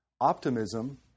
Optimism